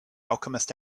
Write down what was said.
alchemist